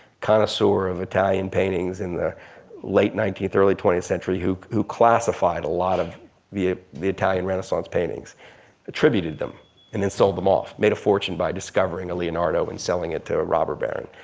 connoisseur of italian paintings in the late nineteenth, early twentieth century who who classified a lot of the the italian renaissance paintings attributed them and then sold them off. made a fortune by discovering a leonardo and selling it to rob raberrin.